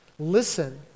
Listen